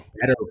better